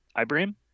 Ibrahim